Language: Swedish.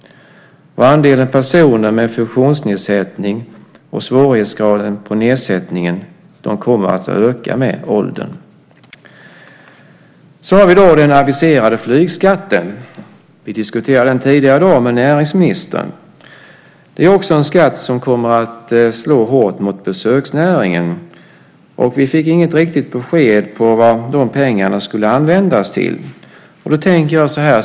Andelen personer med funktionsnedsättning och svårighetsgraden på nedsättningen kommer att öka med åldern. Så har vi då den aviserade flygskatten. Vi diskuterade den tidigare i dag med näringsministern. Det är också en skatt som kommer att slå hårt mot besöksnäringen. Vi fick inget riktigt besked om vad de pengarna skulle användas till.